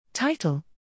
Title